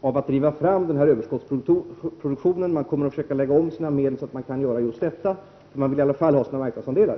av att driva fram den här överskottsproduktionen. De kommer att försöka disponera om sina medel så att de kan göra detta. De vill i alla fall ha sina marknadsandelar.